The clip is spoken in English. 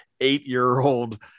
eight-year-old